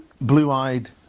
Blue-eyed